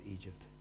Egypt